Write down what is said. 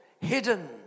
hidden